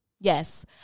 Yes